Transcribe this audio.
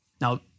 Now